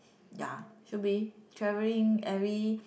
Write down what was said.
ya should be travelling every